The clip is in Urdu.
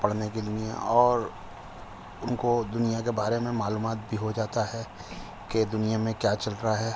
پڑھنے کے لیے اور ان کو دنیا کے بارے میں معلومات بھی ہو جاتا ہے کہ دنیا میں کیا چل رہا ہے